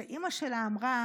אימא שלה אמרה